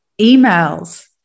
Emails